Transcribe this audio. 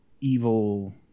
evil